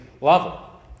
level